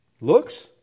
Looks